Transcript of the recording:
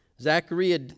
Zachariah